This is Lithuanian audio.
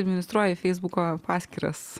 administruoji feisbuko paskyras